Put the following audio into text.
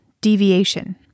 deviation